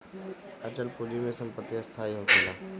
अचल पूंजी में संपत्ति स्थाई होखेला